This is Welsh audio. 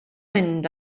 mynd